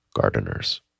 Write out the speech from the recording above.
gardeners